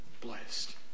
blessed